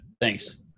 Thanks